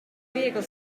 viegli